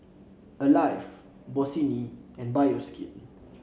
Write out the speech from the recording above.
Alive Bossini and Bioskin